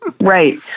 right